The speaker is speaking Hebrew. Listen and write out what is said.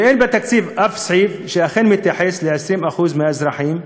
ואין בתקציב אף סעיף שמתייחס ל-20% מהאזרחים.